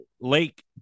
Lake